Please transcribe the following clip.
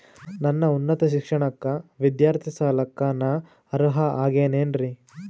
ನನ್ನ ಉನ್ನತ ಶಿಕ್ಷಣಕ್ಕ ವಿದ್ಯಾರ್ಥಿ ಸಾಲಕ್ಕ ನಾ ಅರ್ಹ ಆಗೇನೇನರಿ?